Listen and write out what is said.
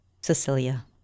Cecilia